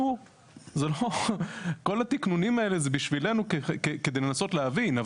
כל התקנונים האלה זה בשבילנו כדי לנסות להבין.